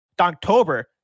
October